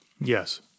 Yes